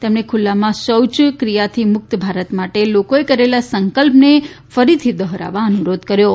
તેમણે ખુલ્લામાં શૌચથી મુક્ત ભારત માટે લોકોએ કરેલા સંક્લ્પને ફરીથી દોહરાવવા અનુરોધ કર્યો છે